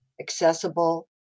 accessible